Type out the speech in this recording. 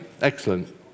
Excellent